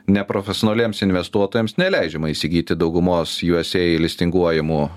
neprofesionaliems investuotojams neleidžiama įsigyti daugumos juose ilistinguojamų